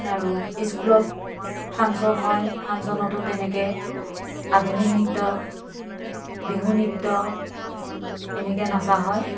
আৰু স্কুলত ফাংশ্যন হয় ফাংশ্যনতো তেনেকৈ আধুনিক নৃত্য বিহু নৃত্য এনেকৈ নচা হয়